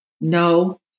No